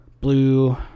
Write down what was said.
blue